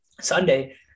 sunday